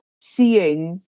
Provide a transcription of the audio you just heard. seeing